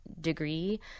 degree